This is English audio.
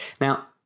Now